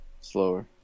Slower